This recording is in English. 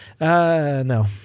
No